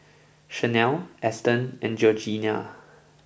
Shanelle Eston and Georgeanna